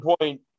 point